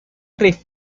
riff